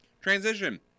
transition